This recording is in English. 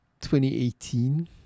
2018